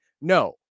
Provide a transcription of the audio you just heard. No